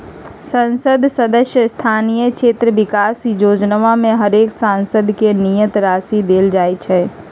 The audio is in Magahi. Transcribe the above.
संसद सदस्य स्थानीय क्षेत्र विकास जोजना में हरेक सांसद के नियत राशि देल जाइ छइ